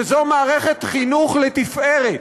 וזו מערכת חינוך לתפארת.